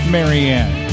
Marianne